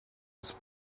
was